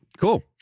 cool